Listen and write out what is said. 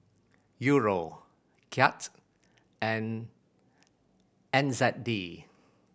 Euro Kyat and N Z D